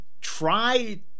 try